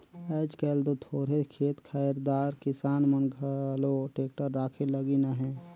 आएज काएल दो थोरहे खेत खाएर दार किसान मन घलो टेक्टर राखे लगिन अहे